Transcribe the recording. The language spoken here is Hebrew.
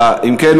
אם כן,